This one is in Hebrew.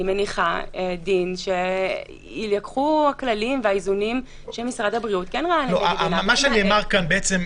אני מניחה שיילקחו הכללים והאיזונים שמשרד הבריאות ראה לנגד עיניו.